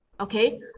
okay